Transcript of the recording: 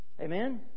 Amen